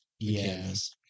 yes